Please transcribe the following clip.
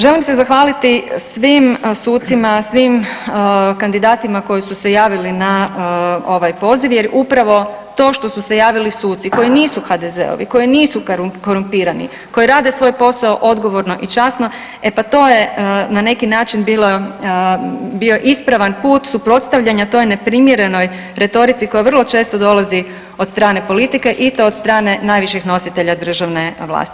Želim se zahvaliti svim sucima, svim kandidatima koji su se javili na ovaj poziv jer upravo to što su se javili suci koji nisu HDZ-ovi, koji nisu korumpirani, koji rade svoj posao odgovorno i časno, e pa to je na neki način bio ispravan put suprotstavljanja toj neprimjerenoj retorici koja vrlo često dolazi od strane politike i to od strane najviših nositelja državne vlasti.